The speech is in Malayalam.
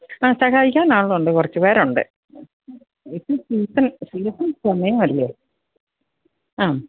ആ സഹായിക്കാനാളുണ്ട് കുറച്ച് പേരുണ്ട് സീസണ് സീസണ് സമയമല്ലേ ആം